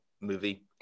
movie